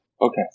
okay